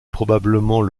probablement